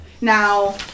now